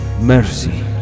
mercy